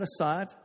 aside